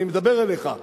אני מדבר אליך,